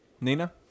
Nina